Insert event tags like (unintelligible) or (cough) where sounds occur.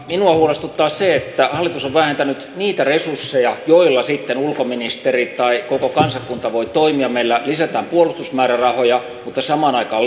minua huolestuttaa se että hallitus on vähentänyt niitä resursseja joilla sitten ulkoministeri tai koko kansakunta voi toimia meillä lisätään puolustusmäärärahoja mutta samaan aikaan (unintelligible)